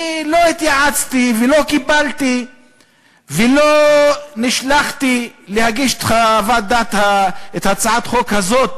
אני לא התייעצתי ולא קיבלתי ולא נשלחתי להגיש את הצעת החוק הזאת